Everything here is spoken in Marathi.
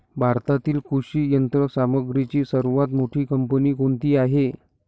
भारतातील कृषी यंत्रसामग्रीची सर्वात मोठी कंपनी कोणती आहे?